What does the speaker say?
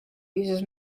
uses